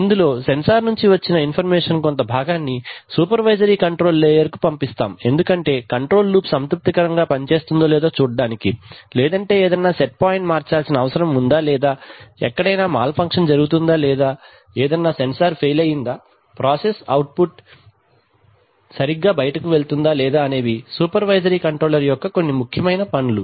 ఇందులో సెన్సార్ నుంచి వచ్చిన ఇన్ఫర్మేషన్ కొంత భాగాన్ని సూపర్వైజరీ కంట్రోల్ లేయర్ కు పంపిస్తాం ఎందుకంటే కంట్రోల్ లూప్ సంతృప్తికరంగా పని చేస్తుందో లేదో చూడటానికి లేదంటే ఏదన్నా సెట్ పాయింట్ మార్చాల్సిన అవసరం ఉందా లేదా ఎక్కడైనా మాల్ ఫంక్షన్ జరుగుతుందా లేదా ఏదైనా సెన్సార్ ఫెయిల్ అయ్యిందా ప్రాసెస్ అవుట్ సరిగ్గా బయటికి వెళ్తుందా లేదా అనేవి సూపర్వైజరీ కంట్రోలర్ యొక్క కొన్ని ముఖ్యమైన పనులు